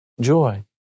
joy